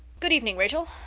good evening, rachel,